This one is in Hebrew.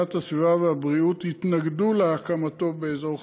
להגנת הסביבה ומשרד הבריאות התנגדו להקמתו באזור חיפה.